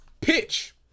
Pitch